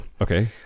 Okay